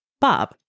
Bob